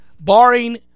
barring